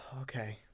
Okay